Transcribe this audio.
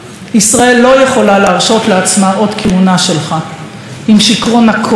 ישראל לא יכולה להרשות לעצמה עוד כהונה שלך עם שיכרון הכוח,